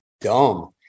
dumb